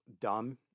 dumb